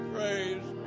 Praise